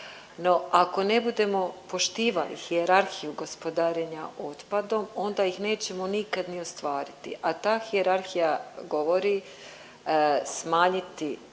No, ako ne budemo poštivali hijerarhiju gospodarenja otpadom onda ih nećemo nikad ni ostvariti, a ta hijerarhija govori smanjiti,